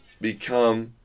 become